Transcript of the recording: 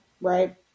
right